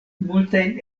multajn